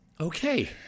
okay